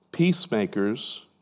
Peacemakers